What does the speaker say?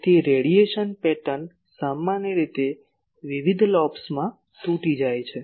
તેથી radiation pattern સામાન્ય રીતે વિવિધ લોબ્સમાં તૂટી જાય છે